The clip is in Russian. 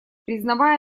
признавая